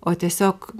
o tiesiog